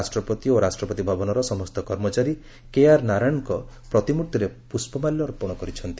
ରାଷ୍ଟ୍ରପତି ଓ ରାଷ୍ଟ୍ରପତି ଭବନର ସମସ୍ତ କର୍ମଚାରୀ କେଆର୍ନାରାୟଣନ୍ଙ୍କ ପ୍ରତିମୂର୍ତ୍ତିରେ ପୁଷ୍ପମାଲ୍ୟ ଅର୍ପଣ କରିଛନ୍ତି